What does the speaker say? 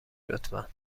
لطفا